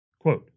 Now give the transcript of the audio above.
Quote